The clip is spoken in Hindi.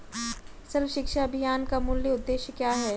सर्व शिक्षा अभियान का मूल उद्देश्य क्या है?